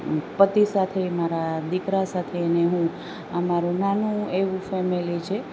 પતિ સાથે મારા દીકરા સાથેને હું અમારું નાનું એવું ફેમેલી છે